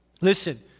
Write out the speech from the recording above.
Listen